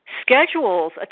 schedules